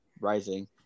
rising